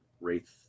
wraith